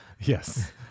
Yes